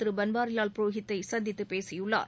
திரு பன்வாரிவால் புரோஹித்தை சந்தித்து பேசியுள்ளார்